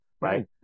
right